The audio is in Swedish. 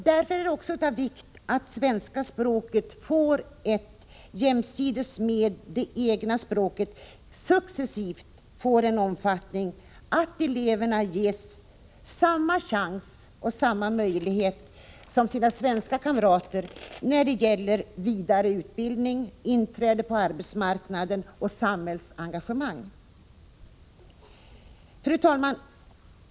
Därför är det också av vikt att svenska språket successivt får samma omfattning som det egna språket, så att eleverna ges samma chans och samma möjlighet som sina svenska kamrater till fortsatt utbildning, inträde på arbetsmarknaden och samhällsengagemang. Fru talman!